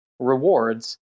rewards